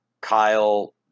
Kyle